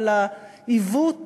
על העיוות